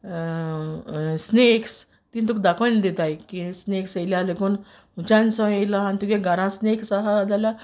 snacks तीं तुक दाखोयन दिताय की स्नेक्स येल्यार देखून हुंयच्यानसो येलो आनी तुगे घारां स्नेक्स आहा जाल्यार